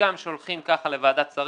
הוסכם שהולכים ככה לוועדת שרים.